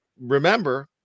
remember